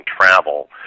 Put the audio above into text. travel